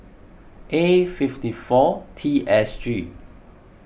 A fifty four T S G